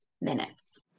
minutes